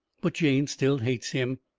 but jane still hates him.